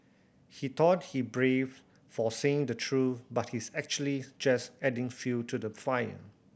he thought he brave for saying the truth but he's actually just adding fuel to the fire